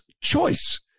choice